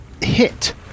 hit